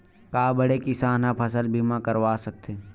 का बड़े किसान ह फसल बीमा करवा सकथे?